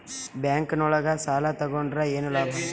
Bank ನೊಳಗ ಸಾಲ ತಗೊಂಡ್ರ ಏನು ಲಾಭ?